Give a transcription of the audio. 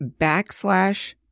backslash